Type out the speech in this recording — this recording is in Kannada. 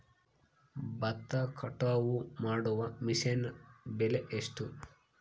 ಭತ್ತ ಕಟಾವು ಮಾಡುವ ಮಿಷನ್ ಬೆಲೆ ಎಷ್ಟು?